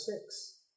six